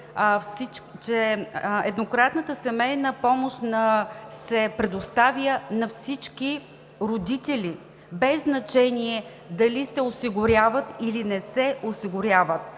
че еднократната семейна помощ се предоставя на всички родители, без значение дали се осигуряват, или не се осигуряват,